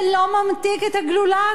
זה לא ממתיק את הגלולה,